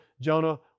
Jonah